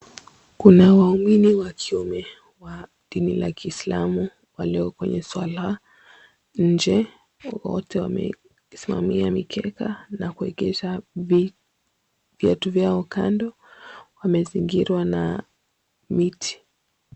Kuna waumini wa kiume wa dini la kiislamu walio kwenye swala, nje wote wamesimamia mikeka na kuekeza viatu vyao kando, wamezingirwa na miti.